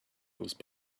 those